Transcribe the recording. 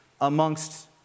amongst